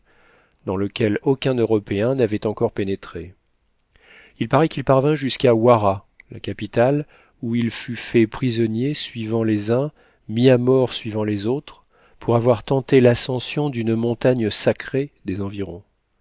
dans lequel aucun européen n'avait encore pénétré il parait qu'il parvint jusqu'à wara la capitale où il fut fait prisonnier suivant les uns mis à mort suivant les autres pour avoir tenté l'ascension d'une montagne sacrée des environs